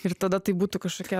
ir tada tai būtų kažkokia